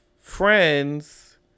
friends